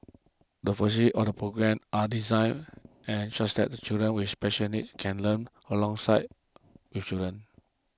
the on the programme are designed and such that children with special needs can learn alongside children